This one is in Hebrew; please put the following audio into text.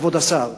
כבוד השר,